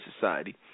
society